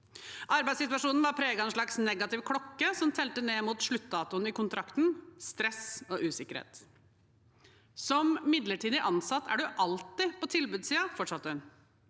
Arbeidssituasjonen var preget av en slags negativ klokke som telte ned mot sluttdatoen i kontrakten, stress og usikkerhet. – Som midlertidig ansatt er man alltid på tilbudssiden, fortsatte hun.